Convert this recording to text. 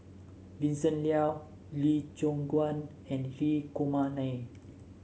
Vincent Leow Lee Choon Guan and Hri Kumar Nair